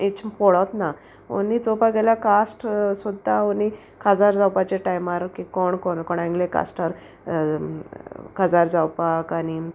हेच पोडोत ना ओन्ली चोवपाक गेल्यार कास्ट सुद्दां ओन्ली काजार जावपाचे टायमार की कोण कोण कोणागले कास्टार काजार जावपाक आनी